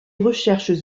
recherches